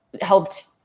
helped